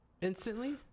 instantly